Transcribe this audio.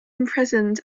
imprisoned